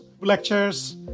lectures